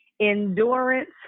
endurance